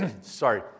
sorry